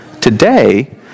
Today